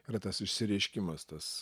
yra tas išsireiškimas tas